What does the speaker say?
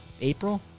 April